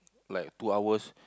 like two hours